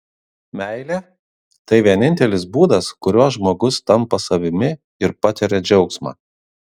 meilė tai vienintelis būdas kuriuo žmogus tampa savimi ir patiria džiaugsmą